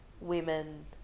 women